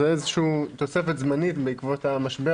זו איזו שהיא תוספת זמנית בעקבות המשבר,